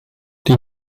die